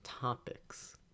topics